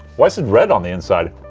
why is it red on the inside?